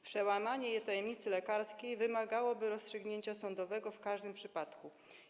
Przełamanie tajemnicy lekarskiej wymagałoby rozstrzygnięcia sądowego w każdym przypadku.